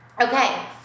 Okay